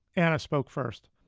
anna spoke first